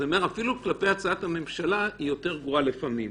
אז אפילו הצעת הממשלה היא יותר גרועה לפעמים.